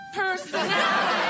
personality